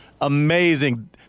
amazing